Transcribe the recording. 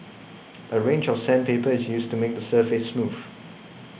a range of sandpaper is used to make the surface smooth